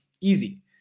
easy